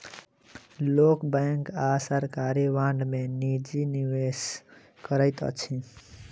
लोक बैंक आ सरकारी बांड में निजी निवेश करैत अछि